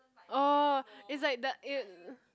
orh is like the it